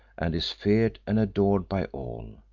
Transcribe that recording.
and is feared and adored by all,